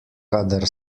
kadar